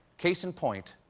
case in point,